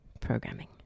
programming